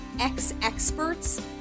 X-Experts